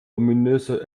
ominöse